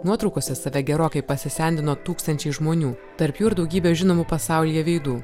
nuotraukose save gerokai pasisendino tūkstančiai žmonių tarp jų ir daugybė žinomų pasaulyje veidų